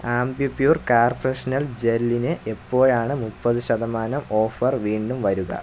Ambi Pur car freshener ജെല്ലിന് എപ്പോഴാണ് മുപ്പത് ശതമാനം ഓഫർ വീണ്ടും വരുക